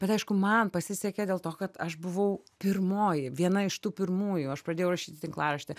bet aišku man pasisekė dėl to kad aš buvau pirmoji viena iš tų pirmųjų aš pradėjau rašyti tinklaraštį